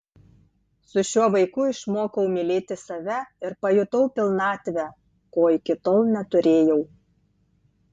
su šiuo vaiku išmokau mylėti save ir pajutau pilnatvę ko iki tol neturėjau